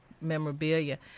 Memorabilia